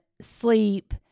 sleep